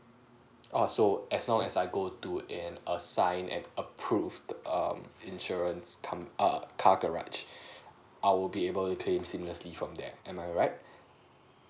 oo so as long as I go to an assigned and approved um insurance com~ err car garage I would be able to claim seamlessly from there am I right